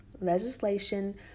legislation